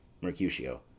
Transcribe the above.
Mercutio